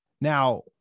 Now